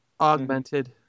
augmented